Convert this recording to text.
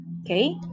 okay